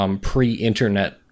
pre-internet